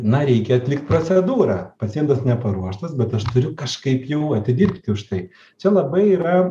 na reikia atlikt procedūrą pacientas neparuoštas bet aš turiu kažkaip jau atidirbti už tai čia labai yra